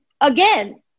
again